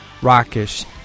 rockish